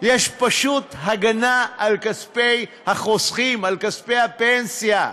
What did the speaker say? יש פשוט הגנה על כספי החוסכים, על כספי הפנסיה,